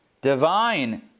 divine